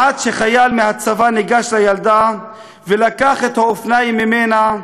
עד שחייל מהצבא ניגש לילדה ולקח את האופניים ממנה,